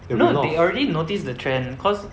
no they already notice the trend cause